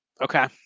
Okay